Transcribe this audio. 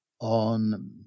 on